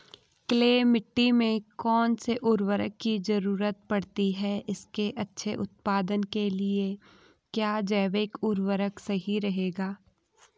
Clay मिट्टी में कौन से उर्वरक की जरूरत पड़ती है इसके अच्छे उत्पादन के लिए क्या जैविक उर्वरक सही रहेगा?